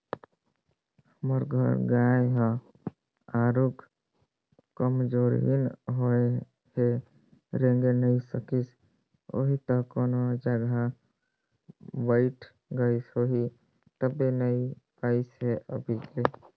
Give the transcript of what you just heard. हमर घर गाय ह आरुग कमजोरहिन होगें हे रेंगे नइ सकिस होहि त कोनो जघा बइठ गईस होही तबे नइ अइसे हे अभी ले